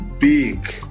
big